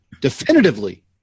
definitively